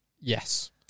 Yes